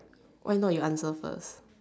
why not you answer first